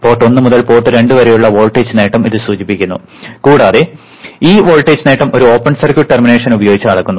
port ഒന്ന് മുതൽ port രണ്ട് വരെയുള്ള വോൾട്ടേജ് നേട്ടം ഇത് സൂചിപ്പിക്കുന്നു കൂടാതെ ഈ വോൾട്ടേജ് നേട്ടം ഒരു ഓപ്പൺ സർക്യൂട്ട് ടെർമിനേഷൻ ഉപയോഗിച്ച് അളക്കുന്നു